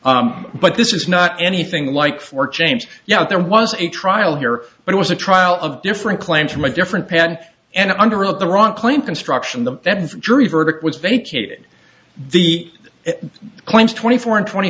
but this is not anything like for change yeah there was a trial here but it was a trial of different claims from a different pad and under of the wrong claim construction the jury verdict was vacated the points twenty four and twenty